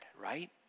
right